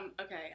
Okay